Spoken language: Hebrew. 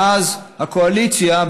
ואז הקואליציה,